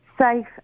safe